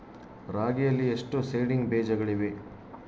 ರಾಗಿಯಲ್ಲಿ ಎಷ್ಟು ಸೇಡಿಂಗ್ ಬೇಜಗಳಿವೆ?